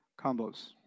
combos